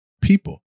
people